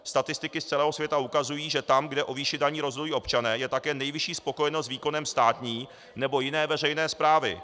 Statistiky z celého světa ukazují, že tam, kde o výši daní rozhodují občané, je také nejvyšší spokojenost s výkonem státní nebo jiné veřejné správy.